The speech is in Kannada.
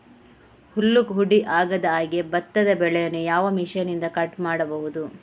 ಹುಲ್ಲು ಹುಡಿ ಆಗದಹಾಗೆ ಭತ್ತದ ಬೆಳೆಯನ್ನು ಯಾವ ಮಿಷನ್ನಿಂದ ಕಟ್ ಮಾಡಬಹುದು?